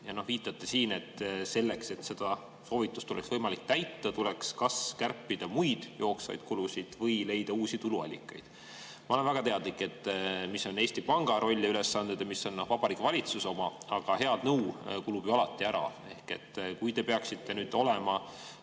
te viitate siin, et selleks, et seda soovitust oleks võimalik täita, tuleks kas kärpida muid jooksvaid kulusid või leida uusi tuluallikaid. Ma olen väga teadlik, mis on Eesti Panga roll ja ülesanded ja mis on Vabariigi Valitsuse omad, aga hea nõu kulub ju alati ära. Kui te peaksite olema